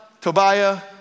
Tobiah